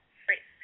Great